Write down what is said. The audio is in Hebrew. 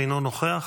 אינו נוכח.